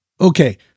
Okay